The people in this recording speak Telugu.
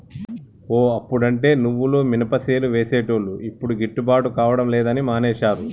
ఓ అప్పుడంటే నువ్వులు మినపసేలు వేసేటోళ్లు యిప్పుడు గిట్టుబాటు కాడం లేదని మానేశారు